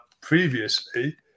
previously